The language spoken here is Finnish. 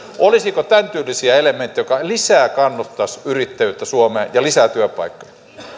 olisiko tämäntyylisiä elementtejä jotka lisää kannustaisivat yrittäjyyttä suomeen ja lisäisivät työpaikkoja